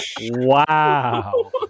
Wow